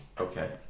Okay